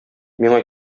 миңа